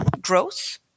growth